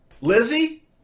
Lizzie